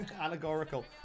Allegorical